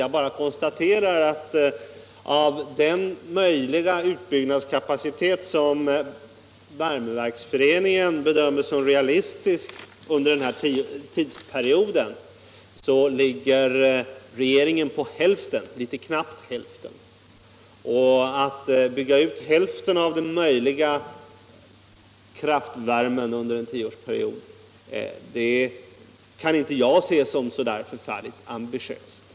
Jag bara konstaterar att av den möjliga utbyggnadskapacitet som Värmekraftföreningen bedömer som realistisk under ifrågavarande tidsperiod ligger regeringens program på knappt hälften. Att bygga ut hälften av den möjliga kraftvärmen under en tioårsperiod kan jag inte se som så förfärligt ambitiöst.